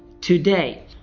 today